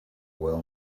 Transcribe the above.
well